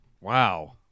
Wow